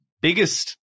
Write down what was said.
biggest